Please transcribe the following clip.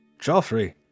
Joffrey